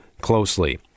closely